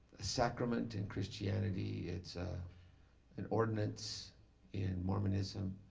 sacrament in christianity. it's ah an ordinance in mormonism.